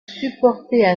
supporter